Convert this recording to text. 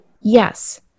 Yes